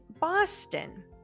Boston